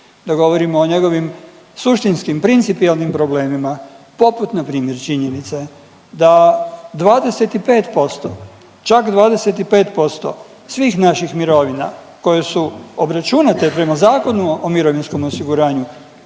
Da govorimo o njegovim suštinskim, principijelnim problemima poput npr. činjenice da 25%, čak 25% svih naših mirovina koje su obračunate prema Zakonu o mirovinskom osiguranju